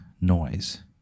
noise